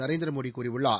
நரேந்திர மோடி கூறியுள்ளார்